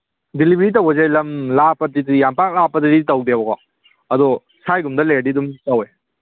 delivery ꯇꯧꯕꯁꯦ ꯂꯝ ꯂꯥꯞꯄꯗꯗꯤ ꯌꯥꯝ ꯄꯥꯛ ꯂꯥꯞꯄꯗꯗꯤ ꯇꯧꯗꯦꯕꯀꯣ ꯑꯗꯨ ꯁ꯭ꯋꯥꯏꯒꯨꯝꯕꯗ ꯂꯩꯔꯒꯗꯤ ꯇꯧꯋꯦ